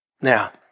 Now